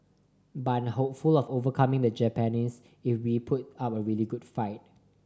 but I'm hopeful of overcoming the Japanese if we put up a really good fight